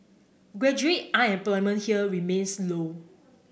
graduate unemployment here remains low